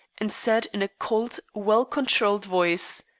and said, in a cold, well-controlled voice